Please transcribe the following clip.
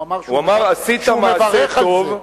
הוא אמר שהוא מברך על זה.